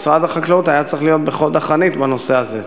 משרד החקלאות היה צריך להיות בחוד החנית בנושא הזה.